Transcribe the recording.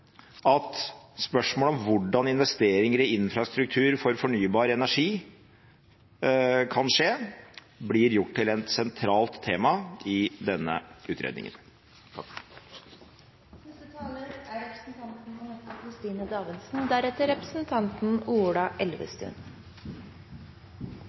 at spørsmålet om hvordan investeringer i infrastruktur for fornybar energi kan skje, blir gjort til et sentralt tema i denne utredningen.